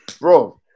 bro